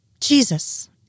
Jesus